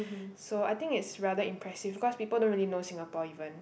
so I think is rather impressive because people don't really know Singapore even